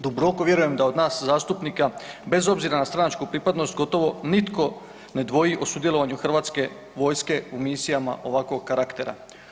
Duboko vjerujem da od nas zastupnika, bez obzira na stranačku pripadnost gotovo nitko ne dvoji o sudjelovanju hrvatske vojske u misijama ovakvog karaktera.